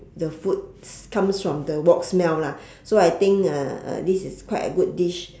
the foods comes from the wok smell lah so I think uh uh this is quite a good dish